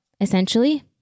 essentially